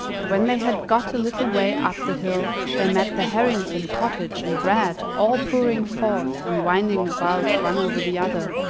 but when they had got a little way up the hill they met the herrings and pottage and bread, all pouring forth and winding about one over the other,